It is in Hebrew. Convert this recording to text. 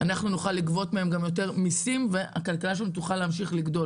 נוכל לגבות מהם גם יותר מיסים והכלכלה שלנו תוכל להמשיך לגדול.